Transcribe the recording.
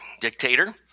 dictator